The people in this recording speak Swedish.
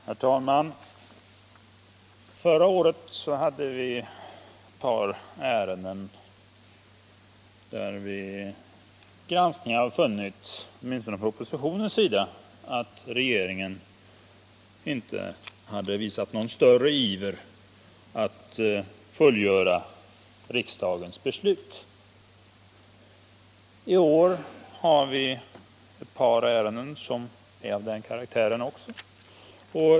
Herr talman! Förra året förekom ett par ärenden där vi — åtminstone från oppositionens sida — vid granskning fann att regeringen inte visat någon större iver att fullgöra riksdagens beslut. I år har vi ett par ärenden där detta förhållande upprepas.